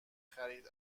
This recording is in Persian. خرید